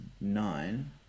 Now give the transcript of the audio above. nine